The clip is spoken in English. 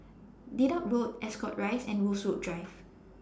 Dedap Road Ascot Rise and Rosewood Drive